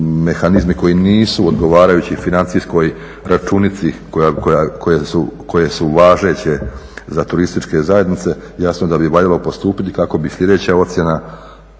mehanizmi koji nisu odgovarajući financijskoj računici koje su važeće za turističke zajednice, jasno da bi valjalo postupiti kako bi sljedeća ocjena